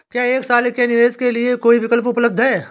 क्या एक साल के निवेश के लिए कोई विकल्प उपलब्ध है?